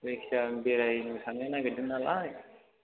जायखिया बेरायनो थांनो नागेरदों नालाय